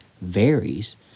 varies